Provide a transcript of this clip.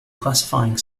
classifying